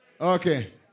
Okay